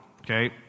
okay